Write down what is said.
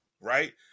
right